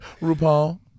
RuPaul